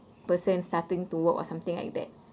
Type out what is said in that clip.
person starting to work or something like that